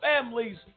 families